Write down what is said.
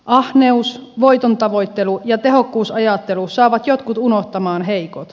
ahneus voiton tavoittelu ja tehokkuusajattelu saavat jotkut unohtamaan heikot